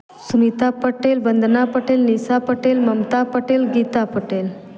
Sumita Patel Vandana Patel Nisha Patel Mamta Patel Geeta Patel